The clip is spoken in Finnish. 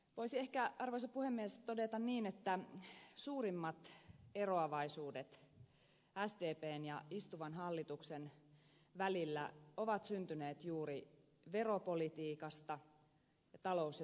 voisin ehkä arvoisa puhemies todeta niin että suurimmat eroavaisuudet sdpn ja istuvan hallituksen välillä ovat syntyneet juuri veropolitiikasta ja talous ja työllisyyspolitiikasta